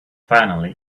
finally